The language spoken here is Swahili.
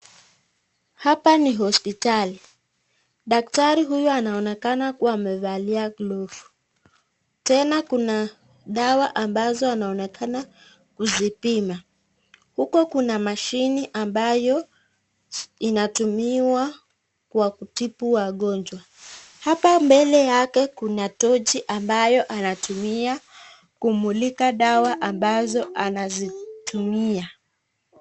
Hapa ni hospitali , daktari huyu anaonekana kuwa amefalia glovu pia kuna dawa ambazo anaonekana kuzipima, huko Kuna mashini ambayo inaatumiwa kwa kutibu wagonjwa , hapa mbele yake kuna tochi ambayo inaatumiwa kumulika dawa ambazo anazitumia.